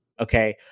okay